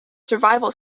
survival